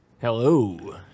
hello